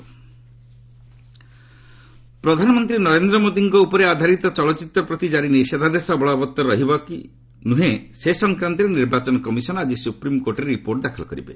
EC biopic ପ୍ରଧାନମନ୍ତ୍ରୀ ନରେନ୍ଦ୍ର ମୋଦିଙ୍କ ଉପରେ ଆଧାରିତ ଚଳଚ୍ଚିତ୍ର ପ୍ରତି ଜାରି ନିଷେଦ୍ଧାଦେଶ ବଳବତ୍ତର ରହିବା ଉଚିତ୍ କି ନୁହେଁ ସେ ସଫକାନ୍ତରେ ନିର୍ବାଚନ କମିଶନ୍ ଆଜି ସୁପ୍ରିମ୍କୋର୍ଟରେ ରିପୋର୍ଟ ଦାଖଲ କରିବେ